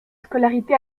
scolarité